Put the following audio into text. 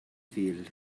field